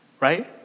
right